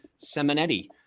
Seminetti